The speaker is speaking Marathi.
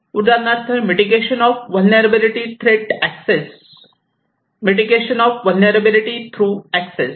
उदाहरणार्थ mitigation of vulnerability through access